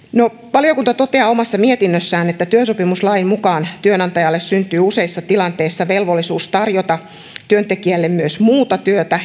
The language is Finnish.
valiokunta toteaa omassa mietinnössään että työsopimuslain mukaan työnantajalle syntyy useissa tilanteissa velvollisuus tarjota työntekijälle myös muuta työtä